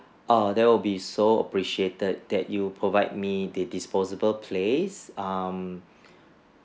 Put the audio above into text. err that would be so appreciated that you provide me the this disposable plates um